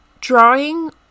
Drawing